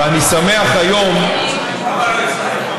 ואני שמח היום, למה, למה לא הצלחת?